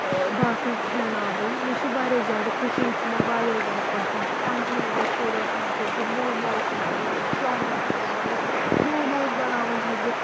باقٕے کھیٚناوٕنۍ مےٚ چھُ واریاہ زیادٕ کُکِنگ چھِ مےٚ واریاہ زیادٕ پَسند تہٕ کونٹِنیٹَل فُڈَس منٛز چھَس بہٕ موموز مطلب چامِن تہِ ہٮ۪کان بَنٲوِتھ موموز بَناوان چھَس بہٕ